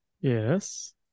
Yes